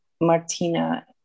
Martina